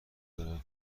دارم